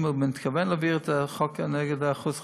אם הוא מתכוון להעביר את החוק נגד אחוז החסימה,